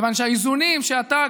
כיוון שהאיזונים שאתה,